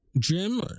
Jim